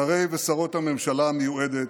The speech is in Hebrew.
שרי ושרות הממשלה המיועדת,